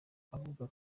avuga